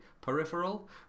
peripheral